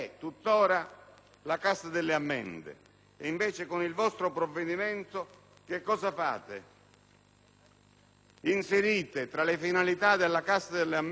la Cassa delle ammende. Con il vostro provvedimento, invece, inserite tra le finalità della Cassa delle ammende